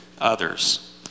others